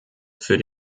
für